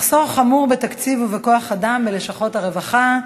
הצעות לסדר-היום בנושא: מחסור חמור בתקציב ובכוח-אדם בלשכות הרווחה,